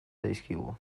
zaizkigu